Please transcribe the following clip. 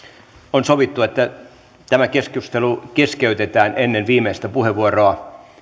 on sovittu että tämä keskustelu keskeytetään ennen viimeistä puheenvuoroa